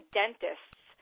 dentists